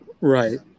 right